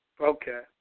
Okay